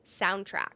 soundtrack